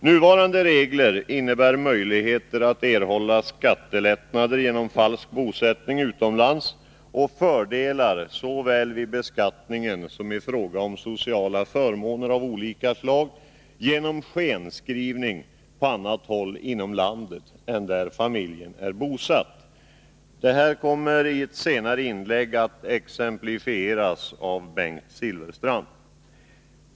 Nuvarande regler innebär möjligheter att erhålla skattelättnader genom falsk bosättning utomlands och fördelar såväl vid beskattningen som i fråga om sociala förmåner av olika slag genom skenskrivning, dvs. att man skriver sig på annat håll inom landet än där familjen är bosatt. Detta kommer Bengt Silfverstrand att exemplifiera i ett senare inlägg.